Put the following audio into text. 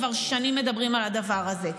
כבר שנים מדברים על הדבר הזה.